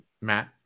Matt